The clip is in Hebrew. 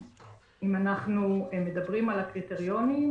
אם אנחנו מדברים על הקריטריונים,